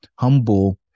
humble